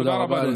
תודה רבה, אדוני.